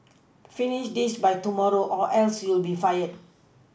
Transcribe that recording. finish this by tomorrow or else you'll be fired